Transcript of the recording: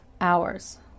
hours